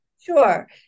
sure